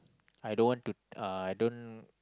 I don't want to uh I don't